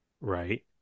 right